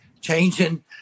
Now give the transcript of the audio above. changing